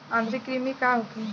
आंतरिक कृमि का होखे?